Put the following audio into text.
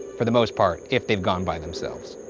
for the most part, if they've gone by themselves.